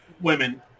Women